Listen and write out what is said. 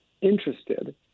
interested